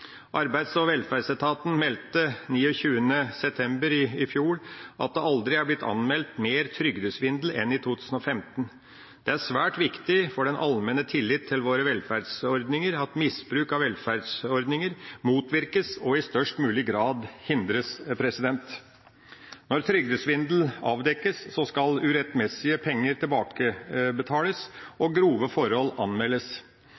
Arbeids- og velferdsetaten meldte 29. september i fjor at det aldri er blitt anmeldt mer trygdesvindel enn i 2015. Det er svært viktig for den allmenne tillit til våre velferdsordninger at misbruk av velferdsordninger motvirkes og i størst mulig grad hindres. Når trygdesvindel avdekkes, skal urettmessige penger tilbakebetales